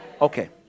Okay